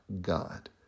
God